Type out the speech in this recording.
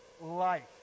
life